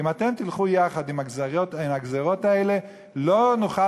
אם אתם תלכו יחד עם הגזירות האלה לא נוכל